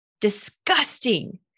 Disgusting